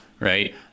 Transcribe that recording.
Right